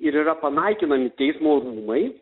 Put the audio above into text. ir yra panaikinami teismo rūmai